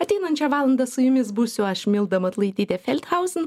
ateinančią valandą su jumis būsiu aš milda matulaitytė feldhausen